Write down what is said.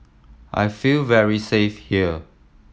I feel very safe here